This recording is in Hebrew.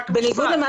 רק משפט, בקצרה.